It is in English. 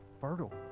fertile